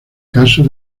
caso